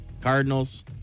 Cardinals